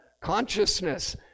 consciousness